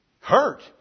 Hurt